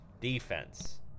Defense